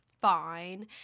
fine